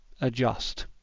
adjust